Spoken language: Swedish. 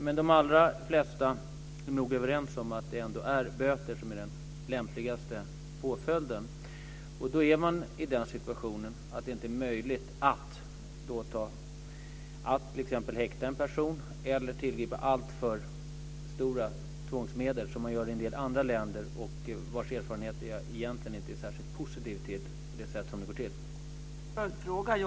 Men de allra flesta är nog ändå överens om att böter är den lämpligaste påföljden. Då är man inte i den situationen att det är möjligt att häkta en person eller tillgripa så stora tvångsmedel som sätts in i en del andra länder. Man har i dessa egentligen inte särskilt positiva erfarenheter av det sättet att agera.